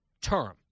term